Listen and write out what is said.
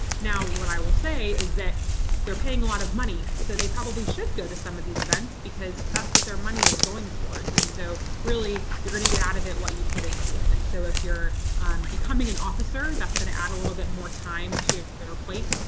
now what i will say is that they're paying a lot of money, so they probably should go to some of these events because that's what their money is going towards. and so really you're going to get out of it what you put into it. and so if you're becoming an officer that's going to add a little bit more time to your plate.